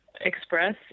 express